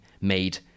made